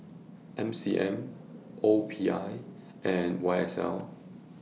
M C M O P I and Y S L